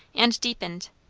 and deepened,